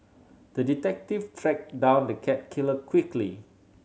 the detective tracked down the cat killer quickly